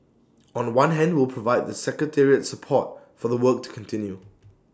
on one hand we'll provide the secretariat support for the work to continue